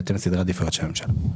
בהתאם לסדרי העדיפויות של הממשלה.